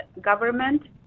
government